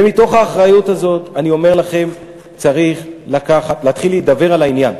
ומתוך האחריות הזאת אני אומר לכם: צריך להתחיל להידבר על העניין.